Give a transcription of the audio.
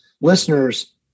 listeners